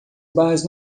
barras